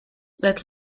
that